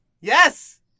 Yes